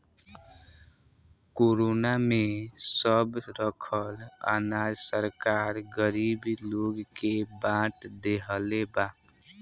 corona में सब रखल अनाज सरकार गरीब लोग के बाट देहले बा